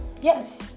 Yes